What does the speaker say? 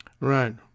Right